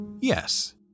yes